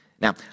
Now